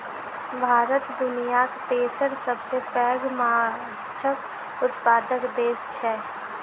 भारत दुनियाक तेसर सबसे पैघ माछक उत्पादक देस छै